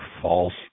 false